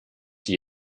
die